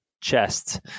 chest